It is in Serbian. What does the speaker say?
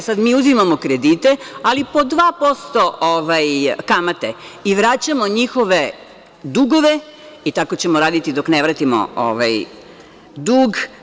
Sada mi uzimamo kredite, ali po 2% kamate i vraćamo njihove dugove i tako ćemo raditi dok ne vratimo dug.